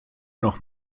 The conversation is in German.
noch